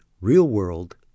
real-world